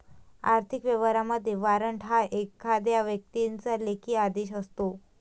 आर्थिक व्यवहारांमध्ये, वॉरंट हा एखाद्या व्यक्तीचा लेखी आदेश असतो